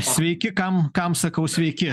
sveiki kam kam sakau sveiki